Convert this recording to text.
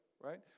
right